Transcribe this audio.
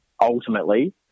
ultimately